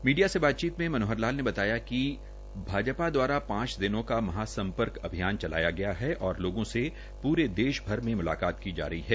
media से बातचीत में मनोहर लाल ने बताया कि भाजपा द्वारा पांच दिनों का महासम्पर्क अभियान चलाया गया है और लोगों से पूरे देश भर में मुलाकात की जा रही है